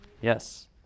Yes